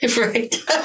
Right